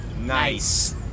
Nice